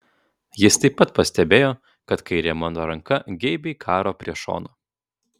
jis taip pat pastebėjo kad kairė mano ranka geibiai karo prie šono